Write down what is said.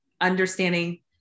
understanding